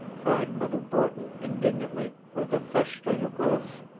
cried mother borton indignantly, with a fresh string of oaths.